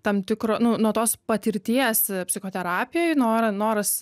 tam tikro nu nuo tos patirties psichoterapijoj nor noras